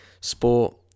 Sport